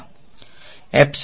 વિદ્યાર્થી